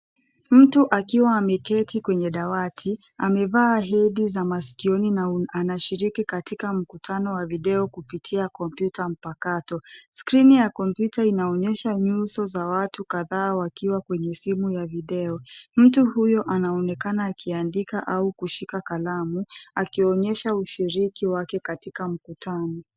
Mtu akiwa ameketi kwenye dawati. Amevaa hedi za masikioni na anashiriki katika mkutano wa video kupitia kompyuta mpakato. Skrini ya kompyuta inaonyesha nyuso za watu kadhaa wakiwa kwenye simu ya video. Mtu huyo anaonekana akiandika au kushika kalamu, akionyesha ushiriki wake katika mkutano.